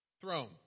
throne